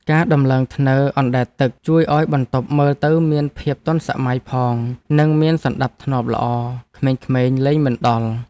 ការដំឡើងធ្នើរអណ្តែតទឹកជួយឱ្យបន្ទប់មើលទៅមានភាពទាន់សម័យផងនិងមានសណ្តាប់ធ្នាប់ល្អក្មេងៗលេងមិនដល់។